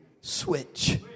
switch